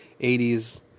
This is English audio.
80s